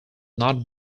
not